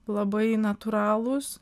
labai natūralūs